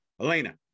Elena